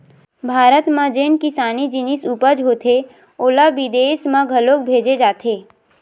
भारत म जेन किसानी जिनिस उपज होथे ओला बिदेस म घलोक भेजे जाथे